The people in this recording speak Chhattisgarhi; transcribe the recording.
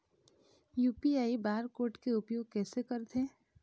यू.पी.आई बार कोड के उपयोग कैसे करथें?